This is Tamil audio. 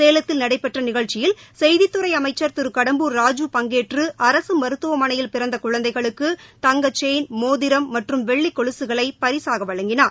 சேலத்தில் நடைபெற்ற நிகழ்ச்சியில் செய்தித் துறை அமைச்சர் திரு கடம்பூர் ராஜூ பங்கேற்று அரசு மருத்துவமனையில் பிறந்த குழந்தைகளுக்கு தங்க செயின் மோதிரம் மற்றும் வெள்ளிக் கொலுசுகளை பரிசாக வழங்கினார்